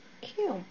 cute